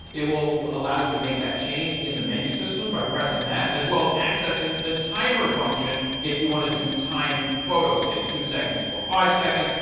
it will will allow you to make that change in the menu system by pressing that, as well as accessing the timer function if you want to do timed photos, say, two seconds or five seconds,